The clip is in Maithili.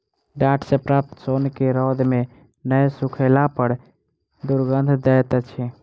डांट सॅ प्राप्त सोन के रौद मे नै सुखयला पर दुरगंध दैत अछि